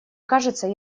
кажется